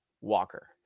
Walker